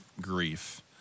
grief